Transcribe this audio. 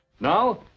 Now